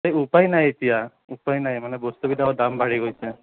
উপায় নাই এতিয়া উপায় নাই মানে বস্তুবিলাকৰ দাম বাঢ়ি গৈছে